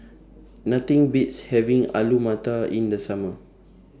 Nothing Beats having Alu Matar in The Summer